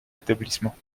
établissement